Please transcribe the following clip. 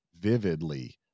vividly